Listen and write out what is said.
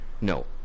No